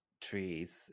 trees